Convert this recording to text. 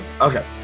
Okay